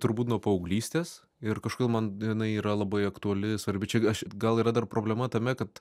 turbūt nuo paauglystės ir kažkodėl man jinai yra labai aktuali svarbi čia aš gal yra dar problema tame kad